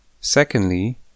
Secondly